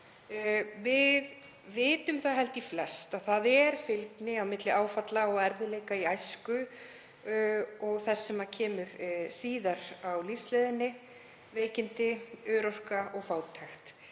Við vitum held ég flest að fylgni er milli áfalla og erfiðleika í æsku og þess sem kemur síðar á lífsleiðinni, veikinda, örorku og fátæktar.